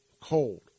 Cold